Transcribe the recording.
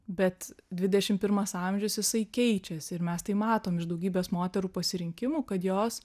bet dvidešim pirmas amžius jisai keičiasi ir mes tai matom iš daugybės moterų pasirinkimų kad jos